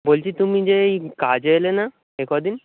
বলছি তুমি যে এই কাজে এলে না এ কদিন